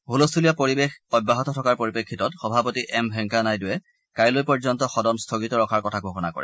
ছলস্থূলীয়া পৰিৱেশ অব্যাহত থকাৰ পৰিপ্ৰেক্ষিতত সভাপতি এম ভেংকায়া নাইডুৱে কাইলৈ পৰ্যন্ত সদন স্থগিত ৰখাৰ কথা ঘোষণা কৰে